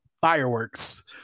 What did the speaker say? fireworks